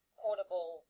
portable